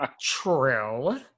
True